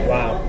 Wow